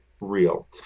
real